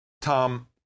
Tom